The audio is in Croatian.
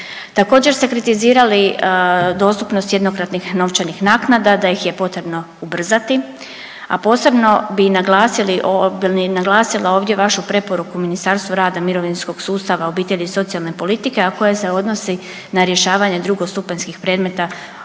Također ste kritizirali dostupnost jednokratnih novčanih naknada, da ih je potrebno ubrzati, a posebno bi naglasili, bi naglasila ovdje vašu preporuku Ministarstvu rada, mirovinskog sustava, obitelji i socijalne politike, a koja se odnosi na rješavanje drugostupanjskih predmeta